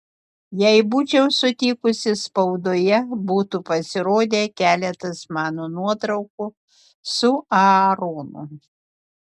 jei būčiau sutikusi spaudoje būtų pasirodę keletas mano nuotraukų su aaronu